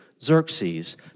Xerxes